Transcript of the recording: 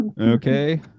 Okay